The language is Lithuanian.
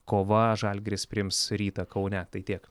kova žalgiris priims rytą kaune tai tiek